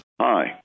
Hi